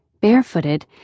barefooted